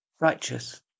righteous